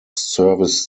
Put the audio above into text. service